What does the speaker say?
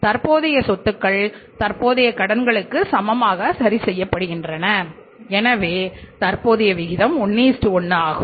தற்போதைய சொத்துகள் தற்போதைய கடன்களுக்கு சமமாக சரிசெய்யப்படுகின்றன எனவே தற்போதைய விகிதம் 1 1 ஆகும்